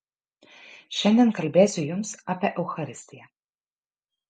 šiandien kalbėsiu jums apie eucharistiją